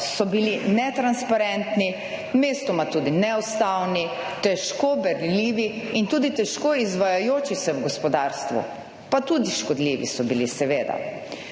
so bili netransparentni, mestoma tudi neustavni, težko berljivi in tudi težko izvajajoči se v gospodarstvu pa tudi škodljivi so bili, seveda.